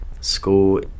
school